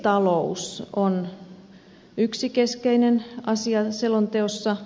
vesitalous on yksi keskeinen asia selonteossa